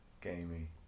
gamey